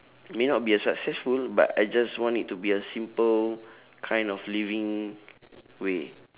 may not be a successful but I just want it to be a simple kind of living way